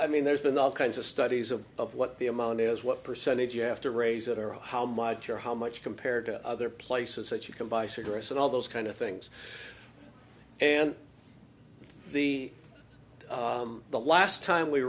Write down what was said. i mean there's been all kinds of studies of of what the amount is what percentage you have to raise it or on how much or how much compared to other places that you can buy cigarettes and all those kind of things and the the last time we